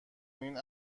این